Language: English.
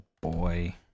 boy